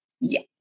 yes